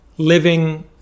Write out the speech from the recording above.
Living